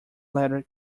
letter